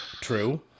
True